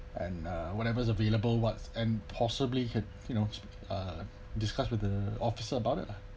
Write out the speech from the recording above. and uh whatever is available whats and possibly had you know uh discuss with the officer about it lah